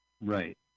Right